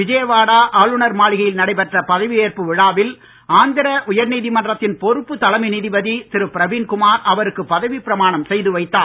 விஜயவாடா ஆளுநர் மாளிகையில் நடைபெற்ற பதவியேற்பு விழாவில் ஆந்திர உயர் நீதிமன்றத்தின் பொறுப்பு தலைமை நீதிபதி திரு பிரவீன் குமார் அவருக்குப் பதவிப் பிரமாணம் செய்து வைத்தார்